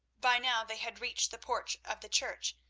by now they had reached the porch of the church,